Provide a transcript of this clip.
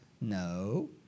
No